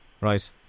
Right